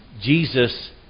Jesus